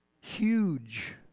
huge